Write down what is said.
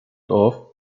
off